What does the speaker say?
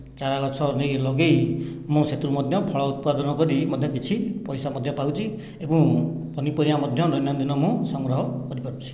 ଚାରାଗଛ ନେଇ ଲଗାଇ ମୁଁ ସେଥିରୁ ମଧ୍ୟ ଫଳ ଉତ୍ପାଦନ କରି ମଧ୍ୟ କିଛି ପଇସା ମଧ୍ୟ ପାଉଛି ଏବଂ ପନିପରିବା ମଧ୍ୟ ଦୈନନ୍ଦିନ ମୁଁ ସଂଗ୍ରହ କରିପାରୁଛି